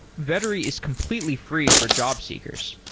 vettery is completely free for jobseekers.